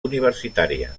universitària